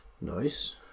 Nice